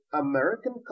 American